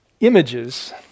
Images